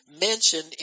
mentioned